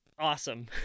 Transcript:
awesome